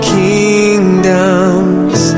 kingdoms